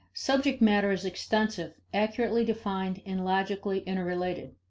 subject matter is extensive, accurately defined, and logically interrelated.